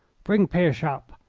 bring pirsch up,